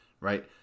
right